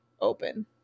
open